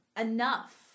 enough